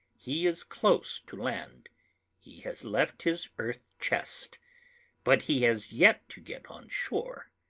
he is close to land he has left his earth-chest. but he has yet to get on shore.